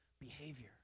behavior